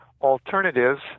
alternatives